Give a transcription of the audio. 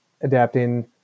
adapting